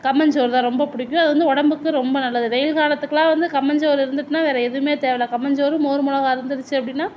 கம்மஞ்சோறு தான் ரொம்ப பிடிக்கும் அது வந்து உடம்புக்கு ரொம்ப நல்லது வெயில் காலத்துக்கெலாம் வந்து கம்மஞ்சோறு இருந்துட்னால் வேறு எதுவுமே தேவைல்ல கம்மஞ்சோறு மோர் மிளகா இருந்துருச்சு அப்படின்னா